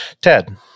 Ted